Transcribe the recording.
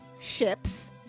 Ships